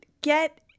get